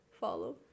follow